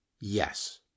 Yes